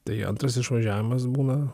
tai antras išvažiavimas būna